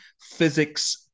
physics